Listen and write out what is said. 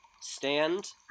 stand